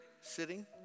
sitting